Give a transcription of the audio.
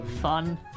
fun